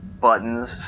buttons